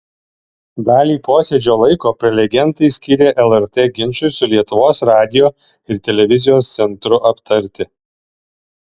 dalį posėdžio laiko prelegentai skyrė lrt ginčui su lietuvos radijo ir televizijos centru aptarti